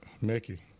Mickey